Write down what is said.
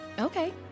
Okay